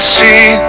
see